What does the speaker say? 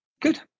good